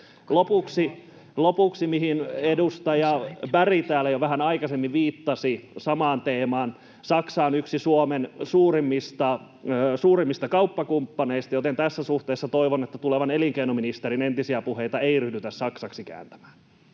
teemasta, mihin edustaja Berg täällä jo vähän aikaisemmin viittasi: Saksa on yksi Suomen suurimmista kauppakumppaneista, joten tässä suhteessa toivon, että tulevan elinkeinoministerin entisiä puheita ei ryhdytä saksaksi kääntämään.